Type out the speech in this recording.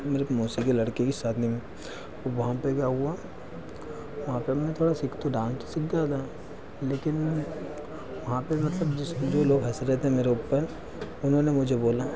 मेरे मौसा के लड़के की शादी में तो वहाँ पर क्या हुआ वहाँ पे मैं थोड़ा सीख तो डांस तो सीख गया था लेकिन वहाँ पर मतलब जिस जो लोग हँस रहे थे उन्होंने मुझे बोला